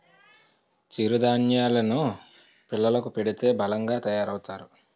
చిరు ధాన్యేలు ను పిల్లలకు పెడితే బలంగా తయారవుతారు